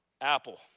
Apple